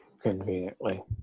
conveniently